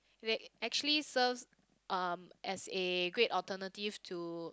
they actually serves um as a great alternative to